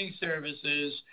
services